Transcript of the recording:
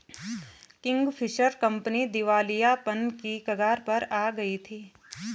Kingfisher company दिवालियापन की कगार पर आ गई थी